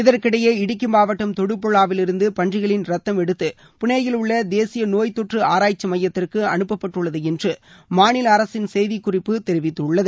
இதற்கிடையே இடிக்கி மாவட்டம் தொடுபழாவிலிருந்து பன்றிகளின் ரத்தம் எடுத்து புனேயில் உள்ள தேசிய நோய்த்தொற்று ஆராய்ச்சி மையத்திற்கு அனுப்பப்பட்டுள்ளது என்று மாநில அரசின் செய்திக் குறிப்பு தெரிவித்துள்ளது